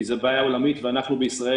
יש לי תשובה לומר לכם מטעם איגוד הטייסים.